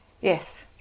Yes